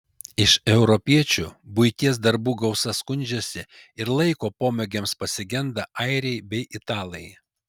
iš europiečių buities darbų gausa skundžiasi ir laiko pomėgiams pasigenda airiai bei italai